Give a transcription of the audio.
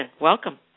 Welcome